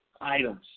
items